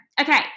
Okay